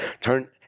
Turn